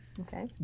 Okay